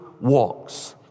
walks